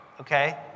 okay